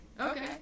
Okay